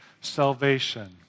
salvation